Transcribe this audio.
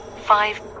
Five